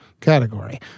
category